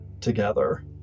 together